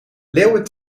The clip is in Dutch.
leeuwen